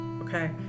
Okay